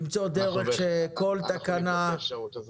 למצוא דרך שכל תקנה -- אנחנו נבדוק את האפשרות הזאת.